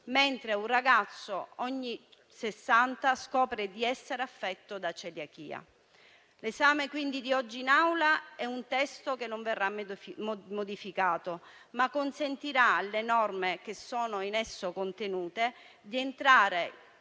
mentre un ragazzo ogni 60 scopre di essere affetto da celiachia. Il testo oggi in esame in Aula non verrà modificato e consentirà alle norme che sono in esso contenute di entrare